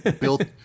built